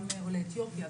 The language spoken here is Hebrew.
גם עולי אתיופיה,